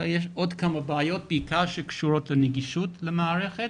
אלא יש עוד כמה בעיות בעיקר שקשורות לנגישות למערכת